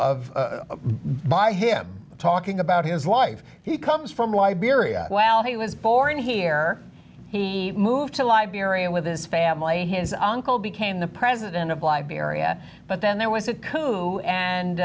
of by him talking about his life he comes from liberia well he was born here he moved to liberia with his family his uncle became the president of liberia but then there was a coup and